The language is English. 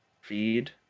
Feed